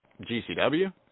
GCW